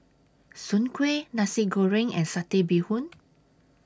Soon Kueh Nasi Goreng and Satay Bee Hoon